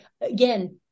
again